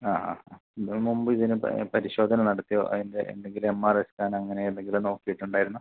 ആ ആ അ ഇതിന് മുമ്പ് ഇതിന് പരിശോധന നടത്തിയോ അതിൻ്റെ എന്തെങ്കിലും എം ആർ ഐ സ്കാനോ അങ്ങനെ എന്തെങ്കിലും നോക്കിയിട്ടുണ്ടായിരുന്നോ